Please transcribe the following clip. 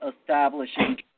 establishing